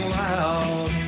loud